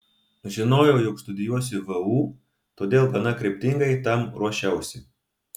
žinojau jog studijuosiu vu todėl gana kryptingai tam ruošiausi